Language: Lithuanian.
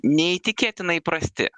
neįtikėtinai prasti